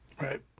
Right